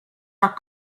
not